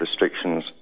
restrictions